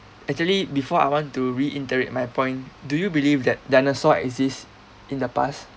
actually before I want to reiterate my point do you believe that dinosaur exists in the past